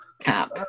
cap